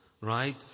right